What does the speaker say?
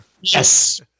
Yes